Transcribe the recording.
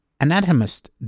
Anatomist